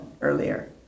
earlier